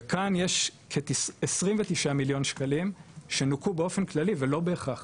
וכאן יש כ- 29 מיליון שקלים שנוכו באופן כללי ולא בהכרח